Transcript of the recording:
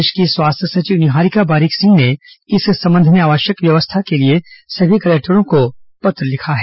प्रदेश की स्वास्थ्य सचिव निहारिका बारिक सिंह ने इस संबंध में आवश्यक व्यवस्था के लिए सभी कलेक्टरों को पत्र लिखा है